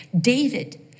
David